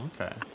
Okay